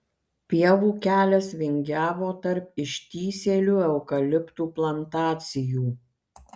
pievų kelias vingiavo tarp ištįsėlių eukaliptų plantacijų